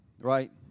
right